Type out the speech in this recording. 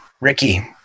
Ricky